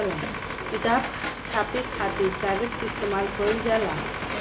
किताब छापे खातिर कागज के इस्तेमाल कईल जाला